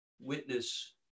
witness